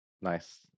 nice